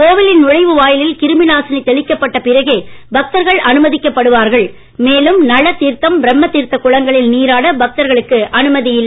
கோவிலின்நுழைவுவாயிலில்கிருமிநாசினிதெளிக்கப்பட்டபிறகேபக்தர்கள் அனுமதிக்கப்படுவார்கள் மேலும் நளதீர்த்தம் பிரம்மதீர்த்தகுளங்களில்நீராடபக்தர்களுக்குஅனுமதிஇல்லை